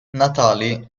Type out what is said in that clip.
natali